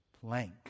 plank